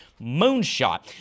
moonshot